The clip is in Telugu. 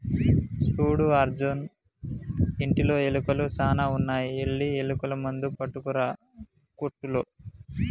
సూడు అర్జున్ ఇంటిలో ఎలుకలు సాన ఉన్నాయి వెళ్లి ఎలుకల మందు పట్టుకురా కోట్టులో